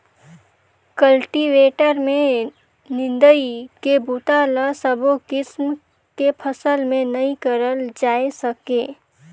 cultivator में निंदई के बूता ल सबो किसम के फसल में नइ करल जाए सके